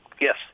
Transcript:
Yes